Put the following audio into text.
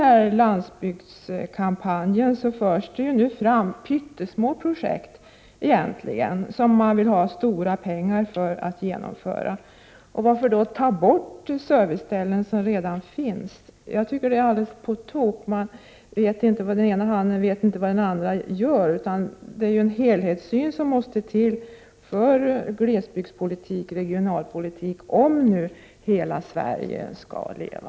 I landsbygdskampanjen förs det nu fram pyttesmå projekt till vilka man vill ha stora belopp för att kunna genomföra dem. Varför då ta bort serviceställen som redan finns? Jag tycker att det är alldeles på tok. Den ena handen vet inte vad den andra gör. En helhetssyn måste till för glesbygdspolitik och regionalpolitik, om hela Sverige skall leva.